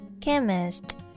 chemist